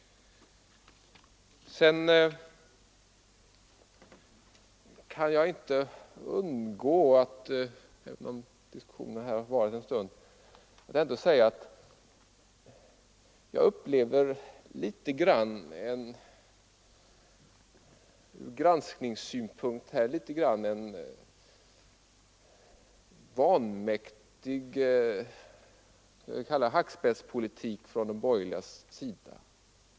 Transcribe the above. Jag kan inte underlåta — även om diskussionen har varat en stund — att ändå säga att jag upplever en ur granskningssynpunkt något vanmäktig, jag vill kalla det hackspettspolitik från de borgerliga.